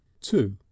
Two